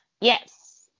Yes